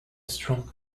strong